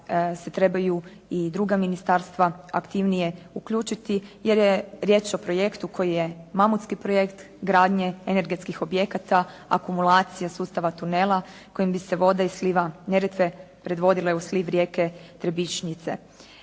se trebaju i druga ministarstva aktivnije uključiti jer je riječ o projektu koji je mamutski projekt gradnje energetskih projekata, akumulacije sustava tunela kojim bi se voda iz sliva Neretve predvodile u sliv rijeke Tribišnjice.